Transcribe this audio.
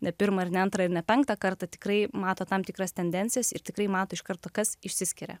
ne pirmą ir ne antrą ir ne penktą kartą tikrai mato tam tikras tendencijas ir tikrai mato iš karto kas išsiskiria